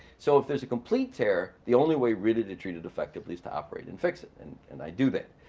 so if there's a complete tear the only way really to treat it effectively is to operate and fix it, and and i do that.